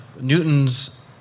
Newton's